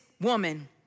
woman